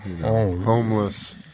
homeless